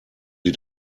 sie